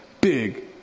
big